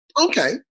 Okay